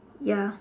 ya